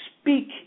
speak